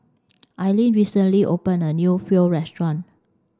Aileen recently opened a new Pho Restaurant